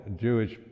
Jewish